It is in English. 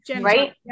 right